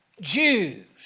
Jews